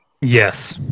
Yes